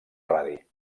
radi